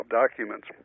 documents